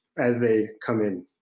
as they come in.